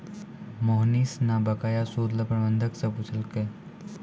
मोहनीश न बकाया सूद ल प्रबंधक स पूछलकै